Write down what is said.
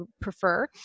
prefer